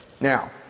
Now